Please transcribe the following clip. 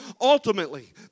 Ultimately